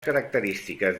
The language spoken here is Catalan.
característiques